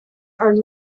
are